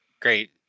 great